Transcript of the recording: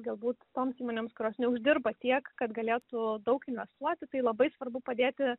galbūt toms įmonėms kurios neuždirba tiek kad galėtų daug investuoti tai labai svarbu padėti